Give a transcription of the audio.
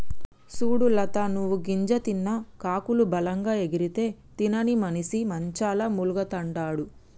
సూడు లత నువ్వు గింజ తిన్న కాకులు బలంగా ఎగిరితే తినని మనిసి మంచంల మూల్గతండాడు